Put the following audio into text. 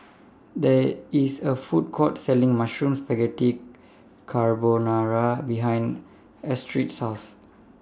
There IS A Food Court Selling Mushroom Spaghetti Carbonara behind Astrid's House